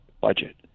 budget